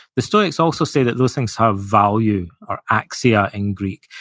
the stoics also say that those things have value, or axia, in greek.